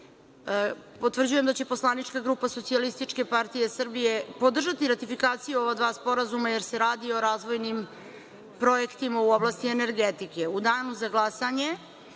potvrđujem da će poslanička grupa SPS podržati ratifikaciju ova dva sporazuma jer se radi o razvojnim projektima u oblasti energetike.U danu za glasanje